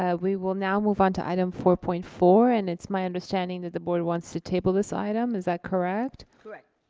yeah we will now move on to item four point four and it's my understanding that the board wants to table this item, is that correct? correct.